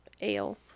ale